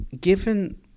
given